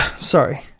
Sorry